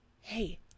hey